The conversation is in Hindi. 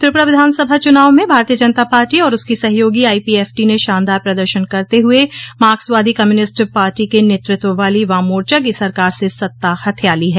त्रिपुरा विधानसभा चुनाव में भारतीय जनता पार्टी और उसकी सहयोगी आईपीएफटी ने शानदार प्रदर्शन करते हुए मार्क्सवादी कम्युनिस्ट पार्टी के नेतृत्व वाली वाम मोर्चा की सरकार से सत्ता हथिया ली है